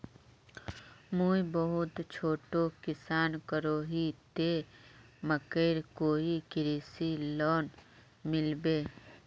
मुई बहुत छोटो किसान करोही ते मकईर कोई कृषि लोन मिलबे?